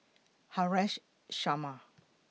Haresh Sharma